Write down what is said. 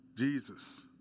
Jesus